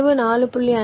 செலவு 4